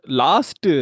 last